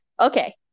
Okay